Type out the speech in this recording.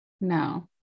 No